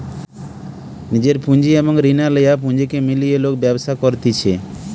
নিজের পুঁজি এবং রিনা লেয়া পুঁজিকে মিলিয়ে লোক ব্যবসা করতিছে